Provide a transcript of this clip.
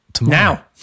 now